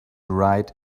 right